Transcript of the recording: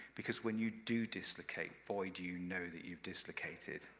because when you do dislocate, boy do you know that you've dislocated,